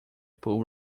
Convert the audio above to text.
pull